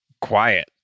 quiet